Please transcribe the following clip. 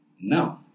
No